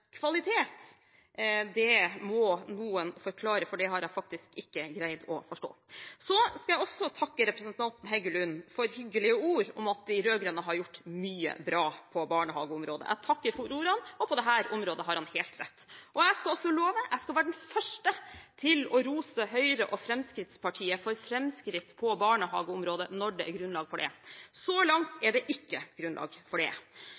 kvalitet, må noen forklare, for det har jeg faktisk ikke greid å forstå. Så skal jeg også takke representanten Heggelund for hyggelige ord om at de rød-grønne har gjort mye bra på barnehageområdet. Jeg takker for ordene, og på dette området har han helt rett. Jeg skal også love at jeg skal være den første til å rose Høyre og Fremskrittspartiet for framskritt på barnehageområdet når det er grunnlag for det. Så langt er det ikke grunnlag for det,